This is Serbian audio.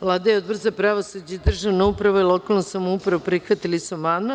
Vlada i Odbor za pravosuđe, državnu upravu i lokalnu samoupravu prihvatili su amandman.